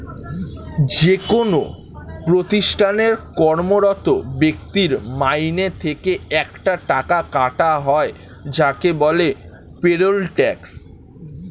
যেকোন প্রতিষ্ঠানে কর্মরত ব্যক্তির মাইনে থেকে একটা টাকা কাটা হয় যাকে বলে পেরোল ট্যাক্স